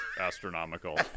astronomical